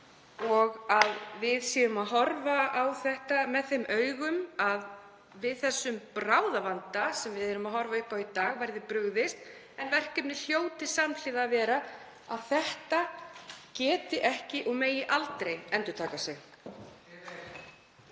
Við þurfum að horfa á þetta þeim augum að við þeim bráðavanda sem við horfum upp á í dag verði brugðist en verkefnið hljóti samhliða að vera að slíkt geti ekki og megi aldrei endurtaka sig.